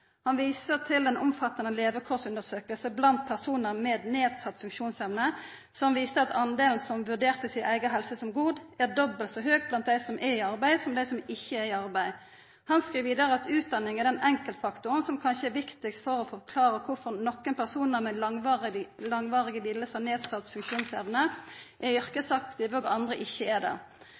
Han viser til ei omfattande levekårsundersøking blant personar med nedsett funksjonsevne, som viser at den delen som vurderer si eiga helse som god, er dobbelt så stor blant dei som er i arbeid, som blant dei som ikkje er i arbeid. Han skriv vidare: «Utdanning er den enkeltfaktor som kanskje er viktigst for å forklare hvorfor noen personer med langvarige lidelser/nedsatt funksjonsevne er yrkesaktiv og andre ikke er det.»